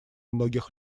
многих